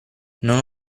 non